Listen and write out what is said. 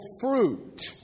fruit